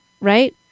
right